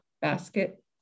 basket